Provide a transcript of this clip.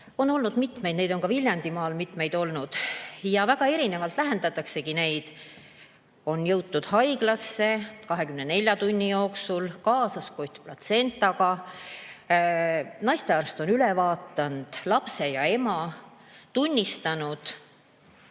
on olnud mitmeid. Neid on ka Viljandimaal mitmeid olnud. Ja väga erinevalt lahendataksegi neid. On jõutud haiglasse 24 tunni jooksul, kaasas kott platsentaga, naistearst on üle vaadanud lapse ja ema, tunnistanud,